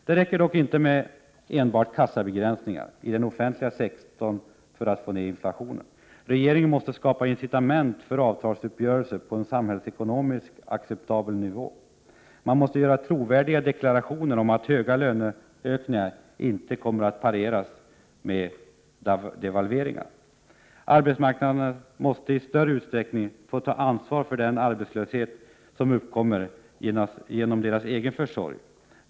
Det räcker dock inte enbart med kassabegränsningar i den offentliga sektorn för att få ned inflationen. Regeringen måste skapa incitament för avtalsuppgörelser på en samhällsekonomiskt acceptabel nivå. Man måste göra trovärdiga deklarationer om att höga löneökningar inte kommer att pareras med devalveringar. Arbetsmarknadsparterna måste i större utsträckning få ta ansvar för den arbetslöshet som uppkommer genom deras egen försorg.